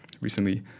recently